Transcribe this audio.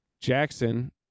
Jackson